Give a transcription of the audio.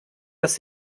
dass